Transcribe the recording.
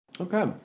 Okay